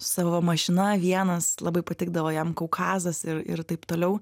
su savo mašina vienas labai patikdavo jam kaukazas ir ir taip toliau